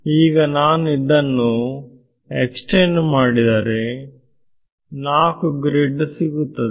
ಈಗ ನಾನು ಇದನ್ನು ಎಕ್ಸ್ಟೆಂಡ್ ಮಾಡಿದರೆ 4ಗ್ರಿಡ್ ಸಿಗುತ್ತದೆ